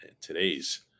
Today's